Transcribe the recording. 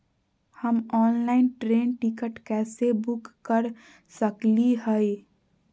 हम online train ticket कैसे book कर सकली हई?